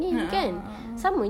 a'ah a'ah